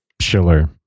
Schiller